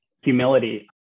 humility